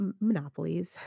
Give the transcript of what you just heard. monopolies